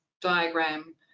diagram